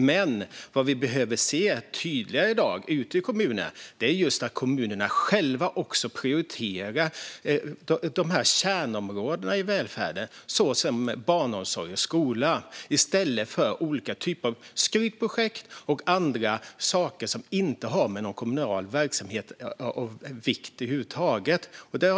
Men vad vi i dag behöver se tydligare ute i kommunerna är att kommunerna själva prioriterar kärnområdena i välfärden, såsom barnomsorg och skola, i stället för olika typer av skrytprojekt och andra saker som inte över huvud taget har att göra med någon kommunal verksamhet av vikt.